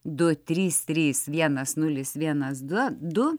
du trys trys vienas nulis vienas du